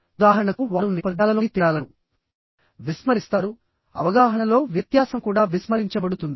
ఉదాహరణకు వారు నేపథ్యాలలోని తేడాలను విస్మరిస్తారుఅవగాహనలో వ్యత్యాసం కూడా విస్మరించబడుతుంది